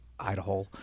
Idaho